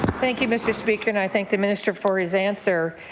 thank you, mr. speaker. and i thank the minister for his answer